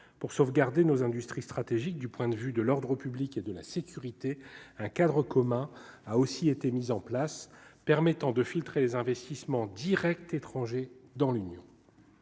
pour sauvegarder nos industries stratégiques du point de vue de l'ordre public et de la sécurité, un cadre commun a aussi été mis en place permettant de filtrer les investissements Directs étrangers dans l'Union,